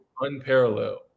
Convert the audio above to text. Unparalleled